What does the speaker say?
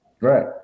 Right